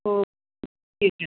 তো